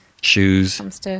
Shoes